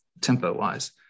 tempo-wise